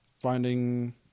Finding